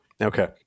Okay